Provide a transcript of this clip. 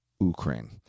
Ukraine